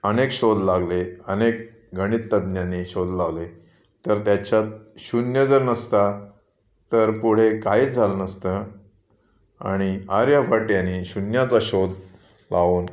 अनेक शोध लागले अनेक गणितज्ञांनी शोध लावले तर त्याच्यात शून्य जर नसता तर पुढे काहीच झालं नसतं आणि आर्यभट यांनी शून्याचा शोध लावून